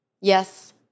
Yes